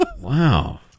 wow